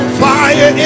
fire